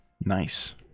Nice